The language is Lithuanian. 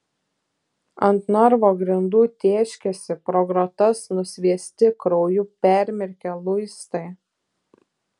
ant narvo grindų tėškėsi pro grotas nusviesti krauju permirkę luistai